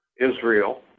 Israel